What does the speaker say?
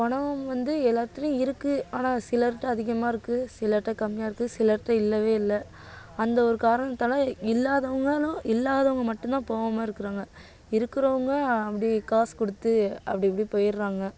பணம் வந்து எல்லாத்துலயும் இருக்கு ஆனால் சிலர்கிட்ட அதிகமாக இருக்கு சிலர்கிட்ட கம்மியாக இருக்கு சிலர்கிட்ட இல்லவே இல்லை அந்த ஒரு காரணத்தால் இல்லாதவங்களும் இல்லாதவங்க மட்டும்தான் போவாமல் இருக்குறாங்க இருக்குறவங்க அப்படி காசு கொடுத்து அப்படி அப்படி போயிடுறாங்க